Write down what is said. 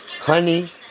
honey